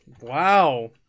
Wow